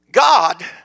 God